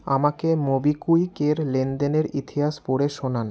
আমাকে মোবিকুইকের লেনদেনের ইতিহাস পড়ে শোনান